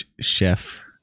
Chef